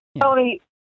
Tony